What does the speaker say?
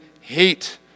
hate